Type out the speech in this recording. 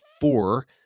four